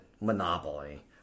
Monopoly